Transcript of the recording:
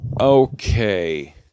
okay